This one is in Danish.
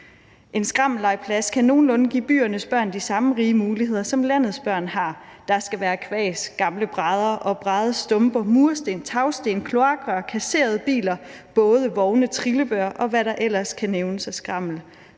En skrammellegeplads kan nogenlunde give byernes børn de samme rige muligheder, som landets børn har. Der skal være kvas, gamle brædder og bræddestumper, mursten, tagsten, kloakrør, kasserede biler, både, vogne, trillebøre og hvad ellers kan nævnes af skrammel.